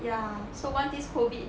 ya so once this COVID